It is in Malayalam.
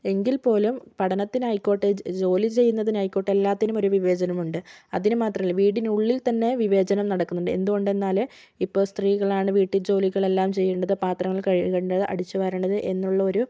എങ്കിൽ പോലും പഠനത്തിനായിക്കോട്ടെ ജോലി ചെയ്യുന്നതിനായിക്കോട്ടെ എല്ലാറ്റിനും ഒരു വിവേചനമുണ്ട് അതിന് മാത്രമല്ല വീടിനുള്ളിൽ തന്നെ വിവേചനം നടക്കുന്നുണ്ട് എന്ത് കൊണ്ടെന്നാൽ ഇപ്പോൾ സ്ത്രീകളാണ് വീട്ടിൽ ജോലികൾ എല്ലാം ചെയ്യുന്നത് പാത്രങ്ങൾ കഴുകേണ്ടത് അടിച്ചുവാരേണ്ടത് എന്നുള്ളൊരു